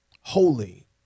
holy